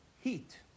heat